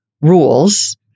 rules